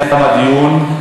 תם הדיון.